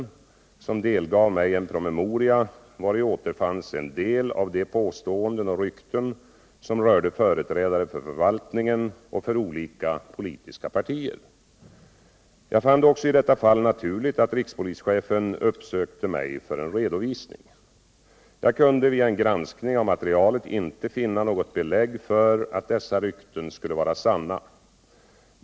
Jag fann det också i detta fall naturligt att rikspolischefen uppsökte mig för en redovisning. Jag kunde vid en granskning av materialet inte finna något belägg för att dessa rykten skulle vara sanna.